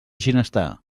ginestar